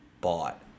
bought